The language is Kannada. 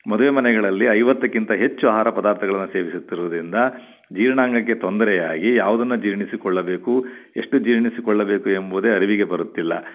ಮದುವೆ ಮನೆಗಳಲ್ಲಿ ಐವತ್ತಕ್ಕಿಂತ ಹೆಚ್ಚು ಆಹಾರ ಪದಾರ್ಥಗಳನ್ನ ಸೇವಿಸುತ್ತಿರುವುದರಿಂದ ಜೀರ್ಣಾಂಗಕ್ಕೆ ತೊಂದರೆಯಾಗಿ ಯಾವುದನ್ನ ಜೀರ್ಣಿಸಿಕೊಳ್ಳಬೇಕು ಎಷ್ಟು ಜೀರ್ಣಿಸಿಕೊಳ್ಳಬೇಕು ಎಂಬುದೇ ಅರಿವಿಗೆ ಬರುತ್ತಿಲ್ಲ